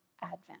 Advent